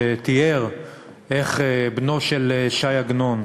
שתיאר איך בנו של ש"י עגנון,